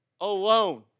alone